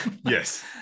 Yes